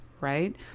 right